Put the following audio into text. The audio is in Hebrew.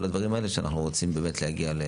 הדברים האלה שאנחנו רוצים באמת להגיע.